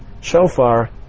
shofar